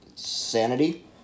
Sanity